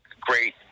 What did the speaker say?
great